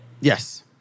yes